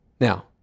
Now